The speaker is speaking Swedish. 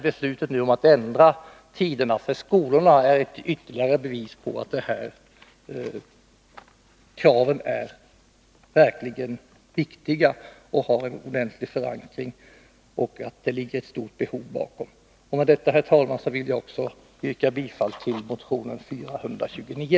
Beslutet nu om att ändra arbetstiderna för skolorna är ytterligare ett bevis på att de här kraven verkligen är viktiga och har en ordentlig förankring samt att det ligger ett stort behov bakom dem. Med detta, herr talman, vill jag yrka bifall till motionen 429.